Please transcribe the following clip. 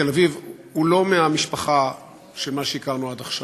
בתל-אביב הוא לא מהמשפחה של מה שהכרנו עד עכשיו,